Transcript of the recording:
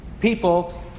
People